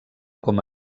com